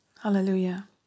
Hallelujah